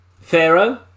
Pharaoh